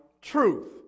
truth